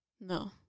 no